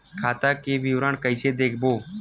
खाता के विवरण कइसे देखबो?